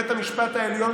כאשר בית המשפט העליון